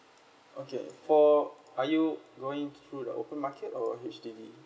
okay for are you going through the open market or H_D_B